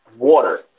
water